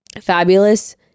Fabulous